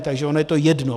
Takže ono je to jedno.